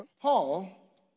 Paul